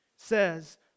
says